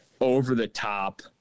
over-the-top